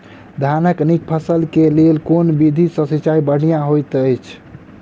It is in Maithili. धानक नीक फसल केँ लेल केँ विधि सँ सिंचाई बढ़िया होइत अछि?